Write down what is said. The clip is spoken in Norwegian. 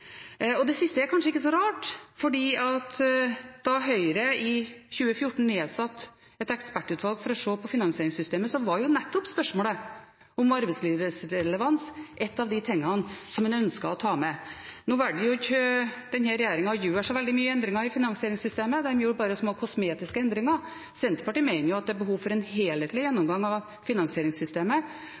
Det siste er kanskje ikke så rart, for da Høyre i 2014 nedsatte et ekspertutvalg for å se på finansieringssystemet, var nettopp spørsmålet om arbeidslivsrelevans en av de tingene som en ønsket å ta med. Nå valgte ikke denne regjeringen å gjøre så veldig mye endringer i finansieringssystemet – de gjorde bare små, kosmetiske endringer. Senterpartiet mener at det er behov for en helhetlig gjennomgang av finansieringssystemet